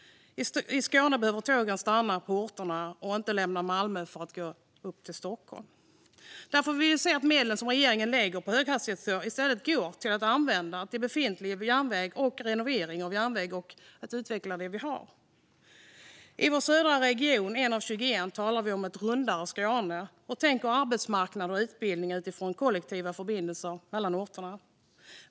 I Skåne behöver tågen stanna i stadskärnorna, inte lämna Malmö för att gå upp till Stockholm. Därför vill vi se att medlen som regeringen lägger på höghastighetståg i stället går till att använda befintlig järnväg, till att renovera och utveckla det vi har. I vår södra region, en av de 21, talar vi om ett rundare Skåne och tänker arbetsmarknad och utbildning utifrån kollektiva förbindelser mellan orter.